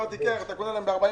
ארטיק קרח אתה קונה להם ב-40,